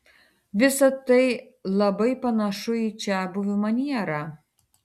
visa tai labai panašu į čiabuvių manierą